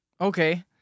okay